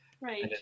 Right